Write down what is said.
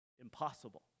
impossible